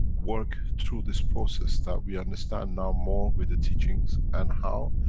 work through this process, that we understand now more with the teachings and how,